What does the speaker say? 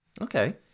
Okay